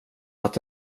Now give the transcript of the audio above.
att